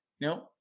no